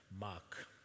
Mark